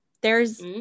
There's-